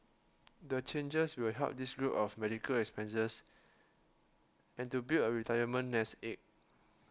the changes will help this group of medical expenses and to build a retirement nest egg